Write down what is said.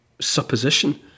supposition